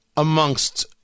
amongst